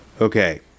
Okay